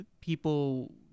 people